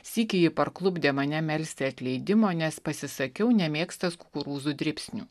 sykį ji parklupdė mane melsti atleidimo nes pasisakiau nemėgstąs kukurūzų dribsnių